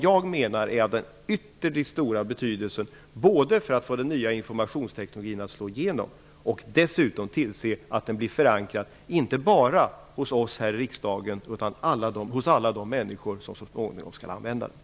Jag menar att detta är av ytterligt stor betydelse både för att få den nya informationsteknologin att slå igenom och för att tillse att den blir förankrad inte bara hos oss här i riksdagen utan hos alla de människor som så småningom skall använda den.